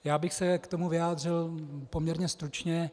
Já bych se k tomu vyjádřil poměrně stručně.